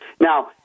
Now